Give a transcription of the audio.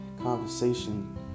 Conversation